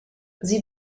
sie